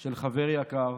של חבר יקר